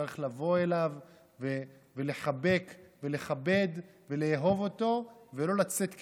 צריך לבוא אליו ולחבק ולכבד ולאהוב אותו ולא לצאת כנגדו,